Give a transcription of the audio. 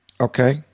Okay